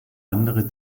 andere